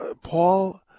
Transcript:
Paul